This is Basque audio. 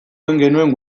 genuen